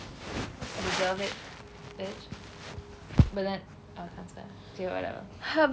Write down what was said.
deserve it bitch but then okay whatever